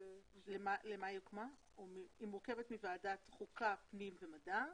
היא מורכבת מוועדת חוקה, פנים ומדע.